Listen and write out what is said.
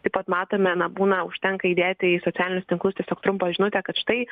taip pat matome na būna užtenka įdėti į socialinius tinklus tiesiog trumpą žinutę kad štai